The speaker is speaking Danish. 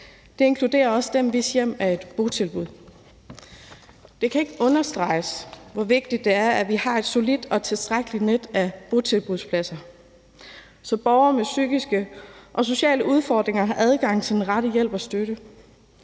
Det inkluderer også dem, hvis hjem er et botilbud. Det kan ikke understreges, hvor vigtigt det er, at vi har et solidt og tilstrækkeligt net af botilbudspladser, så borgere med psykiske og sociale udfordringer har adgang til den rette hjælp og støtte.